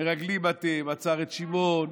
"מרגלים אתם", עצר את שמעון,